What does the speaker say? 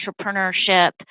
entrepreneurship